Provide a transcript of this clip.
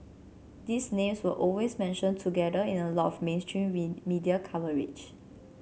these names were always mentioned together in a lot of mainstream media coverage